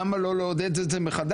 למה לא לעודד את זה מחדש?